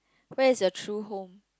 where is your true home